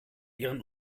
ihren